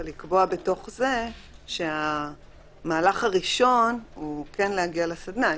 אבל לקבוע בתוך זה שהמהלך הראשון הוא כן להגיע לסדנה.